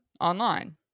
online